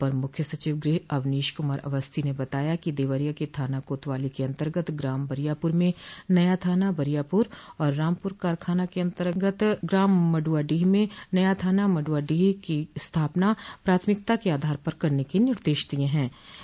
अपर मुख्य सचिव गृह अवनीश कुमार अवस्थी ने बताया कि देवरिया के थाना कोतवाली के अन्तर्गत ग्राम बरियापुर में नया थाना बरियापुर और रामपुर कारखाना के अन्तर्गत ग्राम मडुवाडीह में नया थाना मडुवाडीह की स्थापना प्राथमिकता के आधार पर करने के निर्देश दिये गये हैं